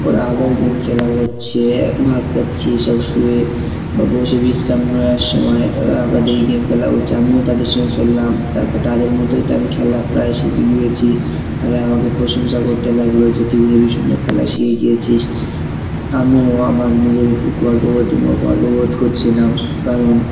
ওরা আবার গেম খেলা করছে ভাত চাত খেয়ে সব শুয়ে বা বসে বিশ্রাম নেওয়ার সময় ওরা আবার দেরি গেম খেলা করছে আমিও তাদের সঙ্গে খেললাম তারপর তাদের মতোই তো আমি খেলা প্রায় শিখে গিয়েছি তারা আমাকে প্রশংসা করতে লাগলো যে তুই হেভি সুন্দর খেলা শিখে গিয়েছিস আমিও আমার নিজেকে খুব গর্ববোধই গর্ববোধ করছিলাম কারণ